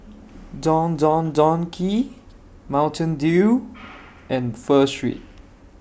Don Don Donki Mountain Dew and Pho Street